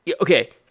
Okay